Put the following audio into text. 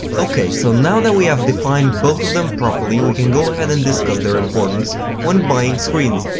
ok, so now that we have defined both of them properly we can go ahead and discuss their importance when buying screens,